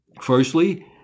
Firstly